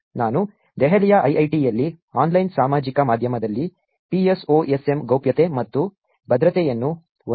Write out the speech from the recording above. ನಾನು ದೆಹಲಿಯ IIIT ಯಲ್ಲಿ ಆನ್ಲೈನ್ ಸಾಮಾಜಿಕ ಮಾಧ್ಯಮದಲ್ಲಿ PSOSM ಗೌಪ್ಯತೆ ಮತ್ತು ಭದ್ರತೆಯನ್ನು ಒಂದೆರಡು ಬಾರಿ ಕಲಿಸುತ್ತಿದ್ದೇನೆ